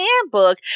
handbook